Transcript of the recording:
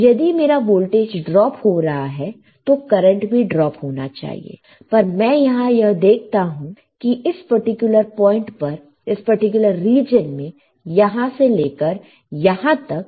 तो यदि मेरा वोल्टेज ड्रॉप हो रहा है तो करंट भी ड्रॉप drop होना चाहिए पर मैं यहां यह देखता हूं कि इस पर्टिकुलर पॉइंट पर इस पर्टिकुलर रीजन में यहां से लेकर यहां तक